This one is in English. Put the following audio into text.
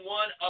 one